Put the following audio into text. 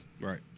Right